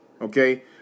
Okay